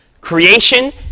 Creation